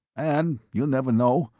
and, you never know,